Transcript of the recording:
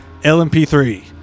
LMP3